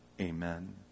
Amen